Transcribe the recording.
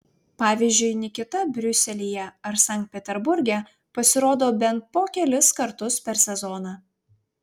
pavyzdžiui nikita briuselyje ar sankt peterburge pasirodo bent po kelis kartus per sezoną